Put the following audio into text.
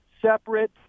separate